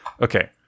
Okay